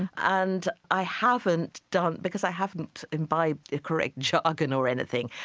and i haven't done because i haven't imbibed the correct jargon or anything,